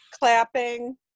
Clapping